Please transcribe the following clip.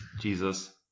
Jesus